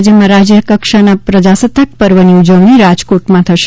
રાજ્યમાં રાજ્યકક્ષાના પ્રજાસત્તાક પર્વની ઉજવણી રાજકોટમાં થશે